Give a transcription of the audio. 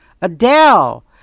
adele